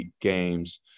games